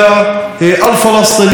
בבתי הספר,